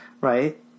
Right